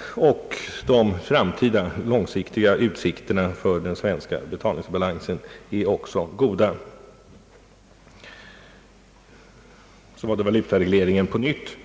och de framtida långsiktiga utsikterna för den svenska betalningsbalansen är också goda. Så var det valutaregleringen på nytt.